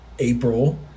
April